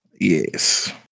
Yes